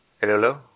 Hello